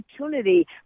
opportunity